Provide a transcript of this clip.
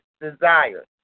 desire